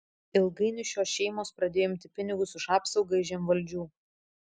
ilgainiui šios šeimos pradėjo imti pinigus už apsaugą iš žemvaldžių